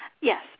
Yes